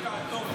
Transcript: תעצור כנראה,